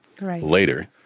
later